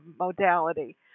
modality